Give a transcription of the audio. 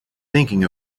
thinking